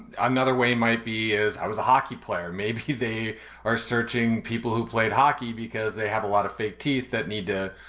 another way might be is, i was a hockey player. maybe they are searching people who played hockey because they have a lot of fake teeth that need to.